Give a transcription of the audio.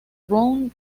round